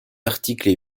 articles